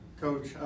Coach